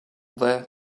there